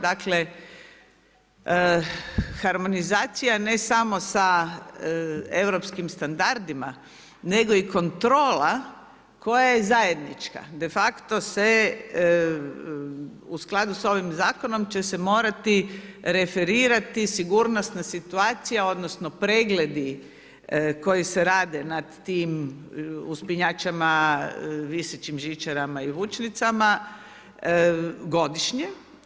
Dakle, harmonizacija, ne samo sa europskim standardima, nego i kontrola koja je zajednička, de facto se u skladu sa ovim zakonom, će se morati referirati sigurnosna situacija, odnosno, pregledi koji se rade nad tim uspinjačama, visećim žičarama i vučnicama godišnje.